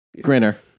grinner